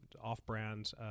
off-brand